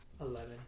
eleven